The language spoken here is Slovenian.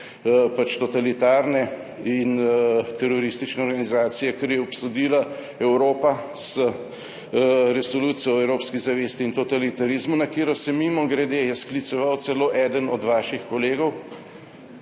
neke totalitarne in teroristične organizacije, kar je obsodila Evropa z Resolucijo o evropski zavesti in totalitarizmu, na katero se je, mimogrede, skliceval celo eden od vaših kolegov,